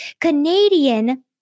Canadian